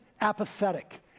apathetic